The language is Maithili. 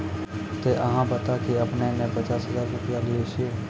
ते अहाँ बता की आपने ने पचास हजार रु लिए छिए?